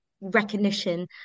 recognition